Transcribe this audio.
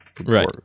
Right